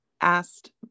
asked